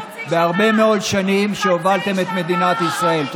בהרבה מאוד שנים שבהן הובלתם את מדינת ישראל.